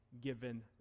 given